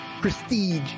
prestige